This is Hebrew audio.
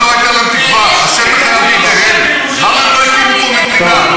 כי יש כיבוש, למה לא הייתה להם תקווה?